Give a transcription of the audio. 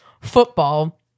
football